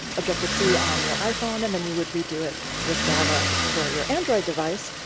objective c on your iphone, and then you would redo it with java for your android device.